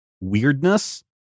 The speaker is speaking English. weirdness